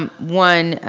one,